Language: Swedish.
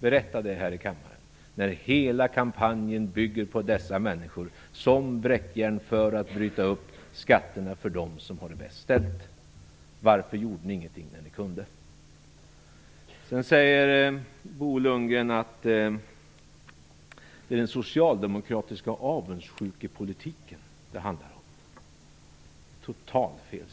Berätta det här i kammaren. Hela kampanjen bygger på dessa människor som bräckjärn för att bryta upp skatterna för dem som har det bäst ställt. Varför gjorde ni ingenting när ni kunde? Bo Lundgren säger att det handlar om den socialdemokratiska avundsjukepolitiken. Det är totalt fel.